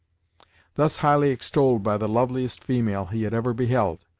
thus highly extolled by the loveliest female he had ever beheld,